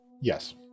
Yes